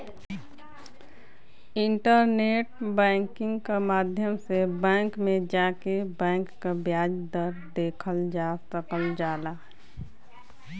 internet banking क माध्यम से बैंक में जाके बैंक क ब्याज दर देखल जा सकल जाला